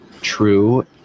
true